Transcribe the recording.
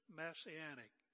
messianic